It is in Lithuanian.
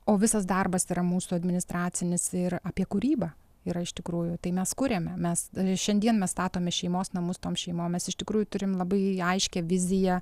o visas darbas yra mūsų administracinis ir apie kūrybą yra iš tikrųjų tai mes kuriame mes šiandien mes statome šeimos namus tom šeimom mes iš tikrųjų turime labai aiškią viziją